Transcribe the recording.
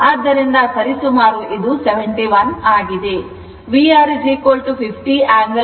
ಆದ್ದರಿಂದ ಸರಿಸುಮಾರು ಇದು 70 ಆಗಿದೆ